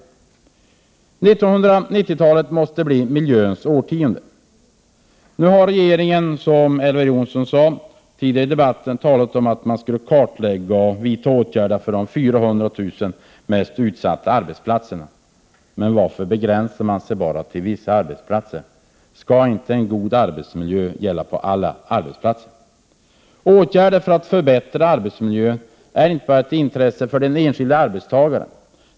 1990-talet måste bli miljöns årtionde. Regeringen har, som Elver Jonsson sade tidigare i debatten, talat om att kartlägga och vidta åtgärder för de 400 000 mest utsatta arbetsplatserna. Men varför begränsar man sig till enbart vissa arbetsplatser? Skall inte en god arbetsmiljö gälla på alla arbetsplatser? Åtgärder för att förbättra arbetsmiljön är inte bara ett intresse för den enskilde arbetstagaren.